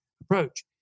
approach